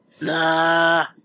Nah